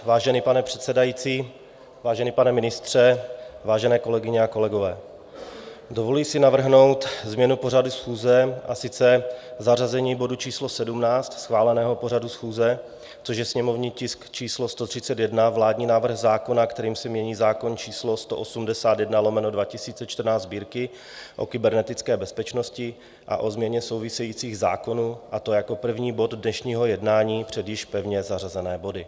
Vážený pane předsedající, vážený pane ministře, vážené kolegyně a kolegové, dovoluji si navrhnout změnu pořadu schůze, a sice zařazení bodu číslo 17 schváleného pořadu schůze, což je sněmovní tisk číslo 131 vládní návrh zákona, kterým se mění zákon č. 181/2014 Sb., o kybernetické bezpečnosti a o změně souvisejících zákonů, a to jako první bod dnešního jednání před již pevně zařazené body.